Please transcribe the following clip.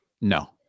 No